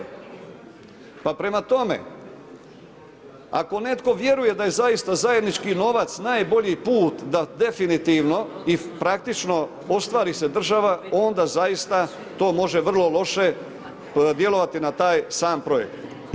Pa prema tome, ako netko vjeruje da je zaista zajednički novac najbolji put da definitivno i praktično ostvari se država, onda zaista to može vrlo loše djelovati na taj sam projekt.